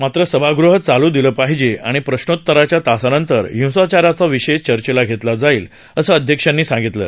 मात्र सभागृह चालू दिलं पाहिजे आणि प्रश्नोतराच्या तासानंतर हिंसाचाराचा विषय चर्चेला घेतला जाईल असं अध्यक्षांनी सांगितलं